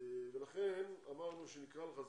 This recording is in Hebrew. לכן אמרנו שנקרא לך,